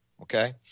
Okay